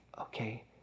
Okay